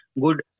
good